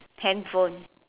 handphone